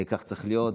כך צריך להיות.